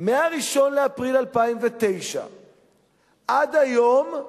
מ-1 באפריל 2009 עד היום,